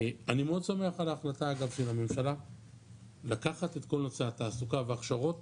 אני מאוד שמח על ההחלטה של הממשלה לקחת את כל נושא התעסוקה וההכשרות